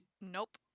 Nope